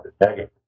negative